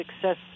success